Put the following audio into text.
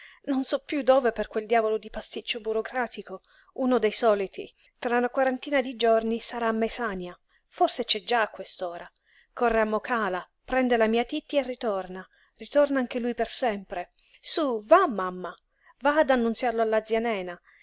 non so piú dove per qual diavolo di pasticcio burocratico uno dei soliti tra una quarantina di giorni sarà a mesània forse c'è già a quest'ora corre a mokàla prende la mia titti e ritorna ritorna anche lui per sempre sú va mamma va ad annunziarlo alla zia nena